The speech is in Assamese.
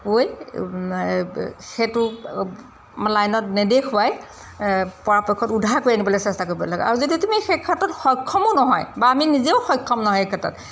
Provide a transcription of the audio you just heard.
কৈ সেইটো লাইনত নেদেখুৱাই পৰাপক্ষত উদ্ধাৰ কৰি আনিবলে চেষ্টা কৰিব লাগে আৰু যদি তুমি সেই ক্ষেত্ৰত সক্ষমো নহয় বা আমি নিজেও সক্ষম নহয় সেই ক্ষেত্ৰত